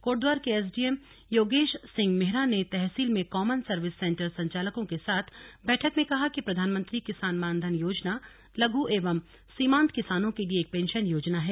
कोटद्वार के एसडीएम योगेश सिंह मेहरा ने तहसील में कॉमन सर्विस सेंटर संचालकों के साथ बैठक में कहा कि प्रधानमंत्री किसान मानधन योजना लघ् एवं सीमांत किसानों के लिए एक पेंशन योजना है